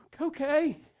okay